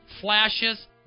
flashes